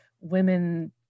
women